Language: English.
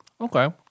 Okay